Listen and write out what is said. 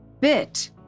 Bit